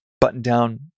button-down